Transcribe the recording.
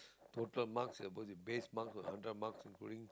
total marks supposedly the base mark is hundred marks including